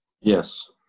Yes